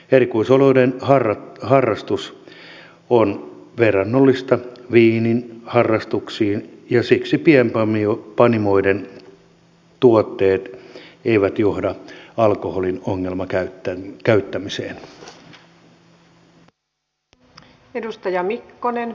erikoisoluiden harrastus on verrannollista viiniharrastukseen ja siksi pienpanimoiden tuotteet eivät johda alkoholin ongelmakäyttämiseen